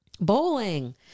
Bowling